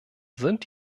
sind